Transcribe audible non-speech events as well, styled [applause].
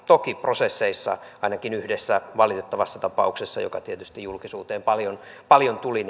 toki prosesseissa on kehittämisen varaa ainakin oli yhdessä valitettavassa tapauksessa joka tietysti julkisuuteen paljon paljon tuli [unintelligible]